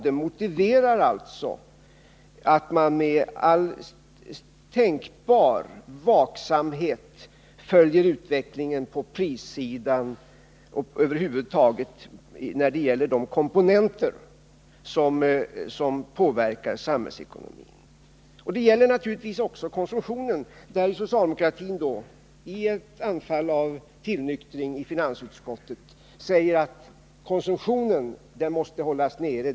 Det motiverar att man med all tänkbar vaksamhet följer utvecklingen på prisområdet och över huvud taget de komponenter som påverkar samhällsekonomin. Det gäller naturligtvis också konsumtionen, där socialdemokratin i ett anfall av tillnyktring i finansutskottet säger att konsumtionen måste hållas nere.